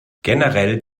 generell